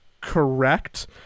correct